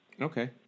Okay